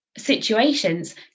Situations